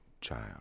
child